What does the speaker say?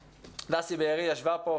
דסי בארי ישבה פה,